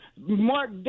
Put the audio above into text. Mark